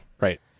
Right